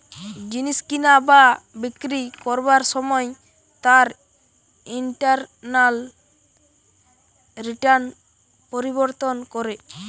জিনিস কিনা বা বিক্রি করবার সময় তার ইন্টারনাল রিটার্ন পরিবর্তন করে